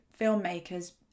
filmmakers